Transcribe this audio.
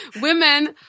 women